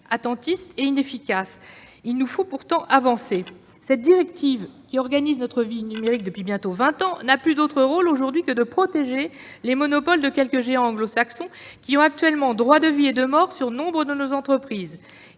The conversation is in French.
attentistes et inefficaces que nous allons avancer. Cette directive, qui organise notre vie numérique depuis bientôt vingt ans, n'a plus d'autre rôle aujourd'hui que de protéger les monopoles de quelques géants anglo-saxons qui ont actuellement droit de vie et de mort sur nombre de nos entreprises.